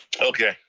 okay,